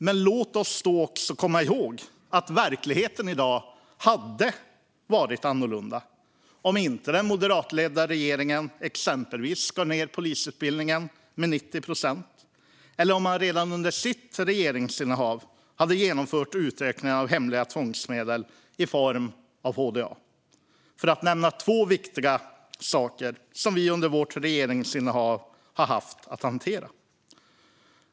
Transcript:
Men låt oss då komma ihåg att verkligheten i dag hade varit annorlunda om inte den moderatledda regeringen exempelvis hade skurit ned polisutbildningen med 90 procent eller om man redan under sitt regeringsinnehav hade genomfört utökning av hemliga tvångsmedel i form av HDA, för att nämna två viktiga saker som vi under vårt regeringsinnehav har haft att hantera.